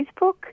Facebook